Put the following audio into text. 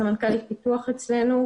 סמנכ"לית פיקוח אצלנו,